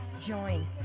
Join